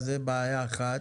זו בעיה אחת.